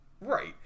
right